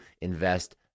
invest